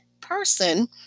person